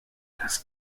das